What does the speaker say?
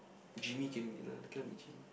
Jimmy can be no cannot be Jimmy